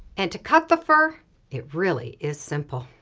and to cut the fur it really is simple.